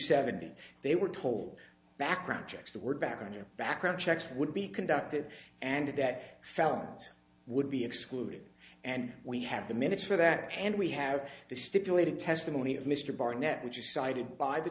seventy they were told background checks the word back in their background checks would be conducted and that felt would be excluded and we have the minutes for that and we have the stipulated testimony of mr barnett which is cited by the